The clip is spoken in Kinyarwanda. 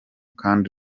kandi